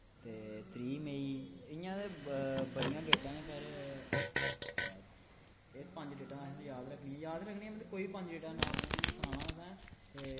ते त्रीह् मेई इ'यां ते ब बड़ियां डेटां न पर बस एह् पंज डेटां असें याद रक्खनियां याद नि रक्खनियां मतलब कोई बी पंज डेटां नांऽ स सनाना असें ते